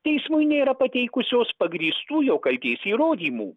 teismui nėra pateikusios pagrįstų jo kaltės įrodymų